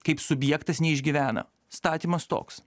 kaip subjektas neišgyvena statymas toks